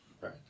right